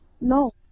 no